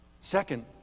Second